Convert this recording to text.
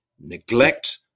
Neglect